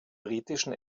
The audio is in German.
britischen